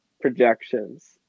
projections